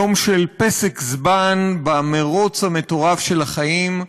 יום של פסק זמן במרוץ המטורף של החיים.